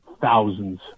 thousands